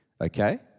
okay